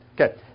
Okay